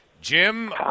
Jim